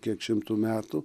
kiek šimtų metų